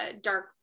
dark